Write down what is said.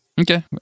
Okay